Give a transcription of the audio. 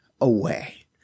away